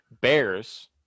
Bears